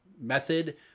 method